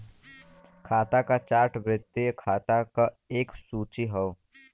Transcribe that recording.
खाता क चार्ट वित्तीय खाता क एक सूची हौ